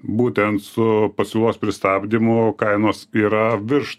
būtent su pasiūlos pristabdymu kainos yra virš